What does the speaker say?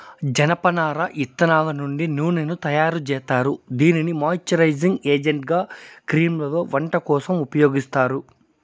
జనపనార ఇత్తనాల నుండి నూనెను తయారు జేత్తారు, దీనిని మాయిశ్చరైజింగ్ ఏజెంట్గా క్రీమ్లలో, వంట కోసం ఉపయోగిత్తారు